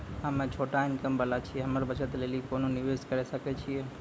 हम्मय छोटा इनकम वाला छियै, हम्मय बचत लेली कोंन निवेश करें सकय छियै?